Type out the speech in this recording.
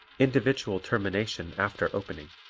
individual termination after opening